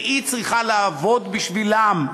והיא צריכה לעבוד בשבילם,